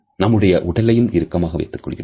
நம்முடைய உடலையும் இறுக்கமாக வைத்துக் கொள்கிறோம்